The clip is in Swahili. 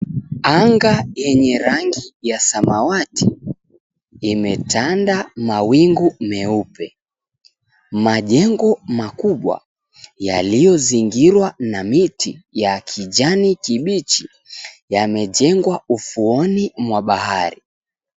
Anga yenye rangi ya samawati, imetanda mawingu meupe. Majengo makubwa yaliozingirwa na miti ya kijani kibichi yamejengwa ufuoni mwa bahari.